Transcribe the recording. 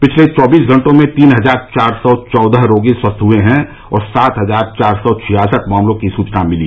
पिछले चौबीस घंटों में तीन हजार चार सौ चौदह रोगी स्वस्थ हुए हैं और सात हजार चार सौ छियासठ मामलों की सूचना मिली